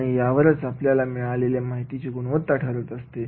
आणि यावरच आपल्याला मिळालेल्या माहितीची गुणवत्ता ठरत असते